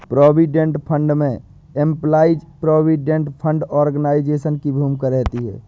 provident fund में employees provident fund organisation की भूमिका रहती है